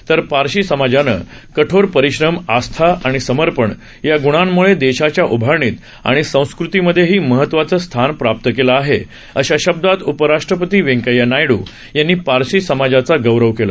तर पारशी समाजानं कठोर परिश्रम आस्था आणि समर्पण या ग्णांमुळे देशाच्या उभारणीत आणि संस्कृतीमध्ये महत्वाचं स्थान प्राप्त केलं आहे अशा शब्दात उपराष्ट्रपती व्यंकैया नायडू यांनी पारशी समाजाचा गौरव केला